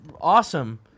awesome